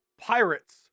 pirates